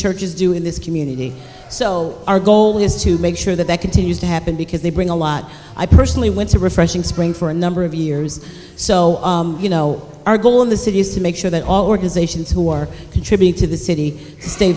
churches do in this community so our goal is to make sure that that continues to happen because they bring a lot i personally went to refreshing spring for a number of years so you know our goal in the city is to make sure that all organizations who are contribute to the city